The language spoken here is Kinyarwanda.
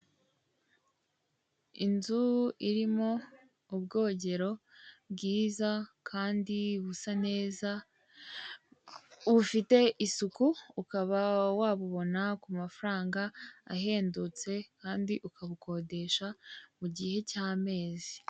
Inzu irimo ubwogero bwiza kandi busa neza, bufite isuku ukaba wabubona ku mafaranga ahendutse kandi ukabukodesha mu gihe cy'amezi.